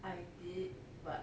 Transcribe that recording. I did but